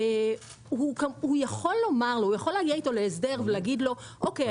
הוא יכול להגיע איתו להסדר ולהגיד לו: אוקיי,